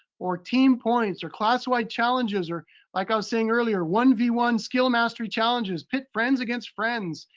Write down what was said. or team points, or classwide challenges, or like i was saying earlier, one v. one skill mastery challenges. pit friends against friends.